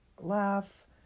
laugh